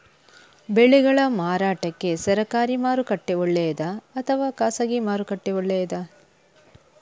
ಬೆಳೆಗಳ ಮಾರಾಟಕ್ಕೆ ಸರಕಾರಿ ಮಾರುಕಟ್ಟೆ ಒಳ್ಳೆಯದಾ ಅಥವಾ ಖಾಸಗಿ ಮಾರುಕಟ್ಟೆ ಒಳ್ಳೆಯದಾ